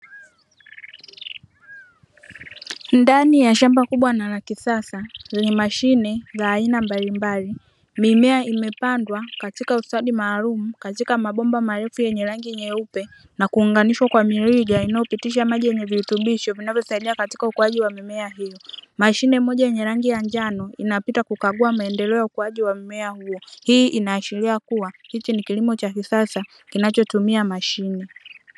Ndani ya shamba kubwa na la kisasa, lenye mashine za aina mbalimbali mimea imepandwa katika ustadi maalum katika mabomba marefu yenye rangi nyeupe na kuunganishwa kwa mirija inayopitisha maji yenye virutubisho vinavyosaidia katika ukuaji wa mimea hiyo. Mashine moja yenye rangi ya njano inapita kukagua maendeleo ya ukuaji wa mimea hiyo. Hii inaashiria kuwa hiki ni kilimo cha kisasa kinachotumia mashine.